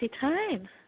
time